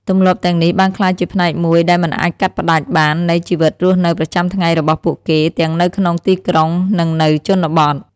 ទម្លាប់ទាំងនេះបានក្លាយជាផ្នែកមួយដែលមិនអាចកាត់ផ្តាច់បាននៃជីវិតរស់នៅប្រចាំថ្ងៃរបស់ពួកគេទាំងនៅក្នុងទីក្រុង និងនៅជនបទ។